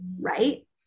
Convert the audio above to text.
Right